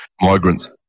migrants